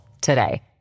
today